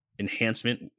enhancement